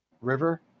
river